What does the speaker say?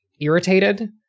irritated